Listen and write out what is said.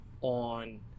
on